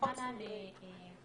חד משמעית.